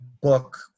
book